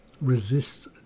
resists